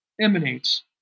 emanates